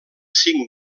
cinc